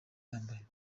yambaye